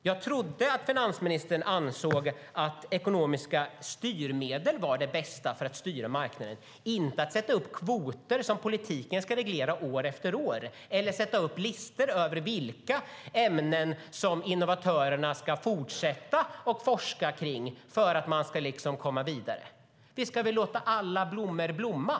Jag trodde att finansministern ansåg att ekonomiska styrmedel var det bästa för att styra marknaden, inte att sätta upp kvoter som politiken ska reglera år efter år eller sätta upp listor över vilka ämnen som innovatörerna ska fortsätta forska kring för att man ska komma vidare. Vi ska väl låta alla blommor blomma.